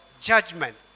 judgment